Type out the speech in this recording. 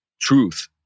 truth